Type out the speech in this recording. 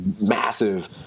massive